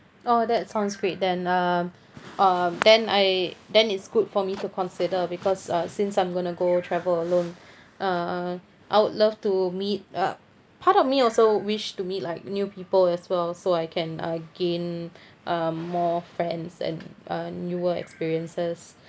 oh that sounds great then um um then I then it's good for me to consider because uh since I'm gonna go travel alone uh I would love to meet uh part of me also wish to meet like new people as well so I can uh gain uh more friends and uh newer experiences